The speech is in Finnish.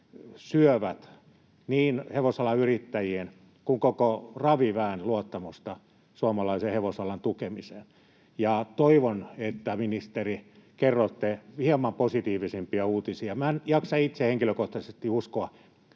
syövät niin hevosalan yrittäjien kuin koko raviväen luottamusta suomalaisen hevosalan tukemiseen. Toivon, että, ministeri, kerrotte hieman positiivisempia uutisia. Minä en jaksa itse henkilökohtaisesti uskoa,